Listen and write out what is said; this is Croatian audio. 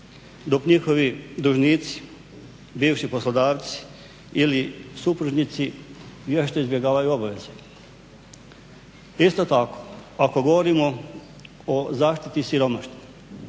dok njihovi dužnici, bivši poslodavci ili supružnici vješto izbjegavaju obaveze. Isto tako, ako govorim o zaštiti siromašnih